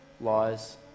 lies